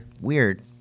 Weird